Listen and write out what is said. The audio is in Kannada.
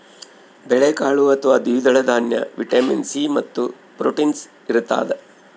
ಬೇಳೆಕಾಳು ಅಥವಾ ದ್ವಿದಳ ದಾನ್ಯ ವಿಟಮಿನ್ ಸಿ ಮತ್ತು ಪ್ರೋಟೀನ್ಸ್ ಇರತಾದ